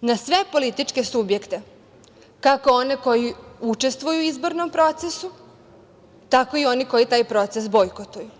na sve političke subjekte, kako one koji učestvuju u izbornom procesu, tako i one koji taj proces bojkotuju.